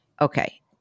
Okay